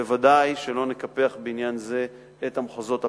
בוודאי לא נקפח בעניין זה את המחוזות הפריפריאליים,